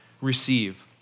receive